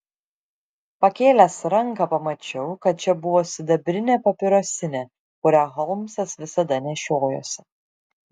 pakėlęs ranką pamačiau kad čia buvo sidabrinė papirosinė kurią holmsas visados nešiojosi